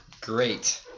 Great